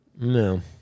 No